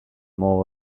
more